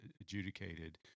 adjudicated